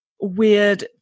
weird